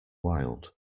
wild